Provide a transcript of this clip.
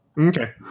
okay